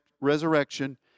resurrection